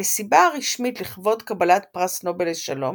המסיבה הרשמית לכבוד קבלת פרס נובל לשלום